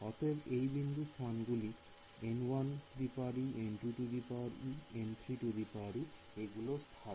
অতএব এই বিন্দুর স্থানগুলি এগুলি স্থায়ী